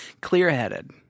clear-headed